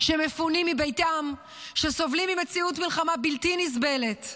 שמפונים מביתם, שסובלים ממציאות מלחמה בלתי נסבלת.